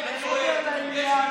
אתה מטעה וטועה.